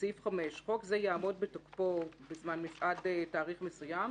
בסעיף 5: חוק זה יעמוד בתוקפו עד תאריך מסוים,